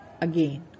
again